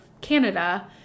Canada